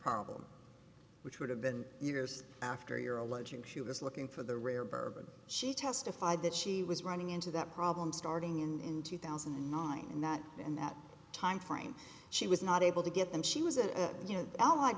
problems which would have been years after you're alleging she was looking for the rare bourbon she testified that she was running into that problem starting in two thousand and nine and that in that time frame she was not able to get them she was a you know